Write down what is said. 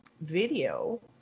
video